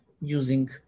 using